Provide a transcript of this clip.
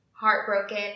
Heartbroken